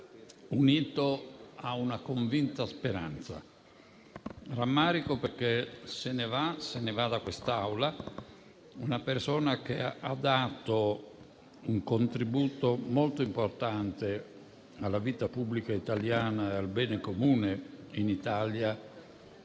unito a una convinta speranza. Rammarico perché se ne va da quest'Aula una persona che ha dato un contributo molto importante alla vita pubblica italiana e al bene comune in Italia,